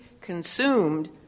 consumed